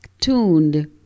tuned